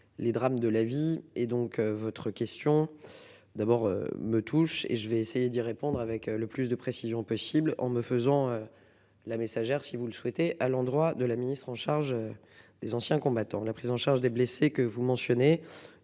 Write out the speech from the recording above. Les drames de la vie et donc, votre question. D'abord me touche et je vais essayer d'y répondre avec le plus de précision possible en me faisant. La messagère si vous le souhaitez à l'endroit de la ministre en charge. Des anciens combattants de la prise en charge des blessés que vous mentionnez